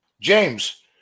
James